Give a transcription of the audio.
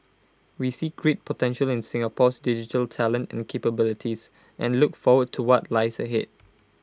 we see great potential in Singapore's digital talent and capabilities and look forward to what lies ahead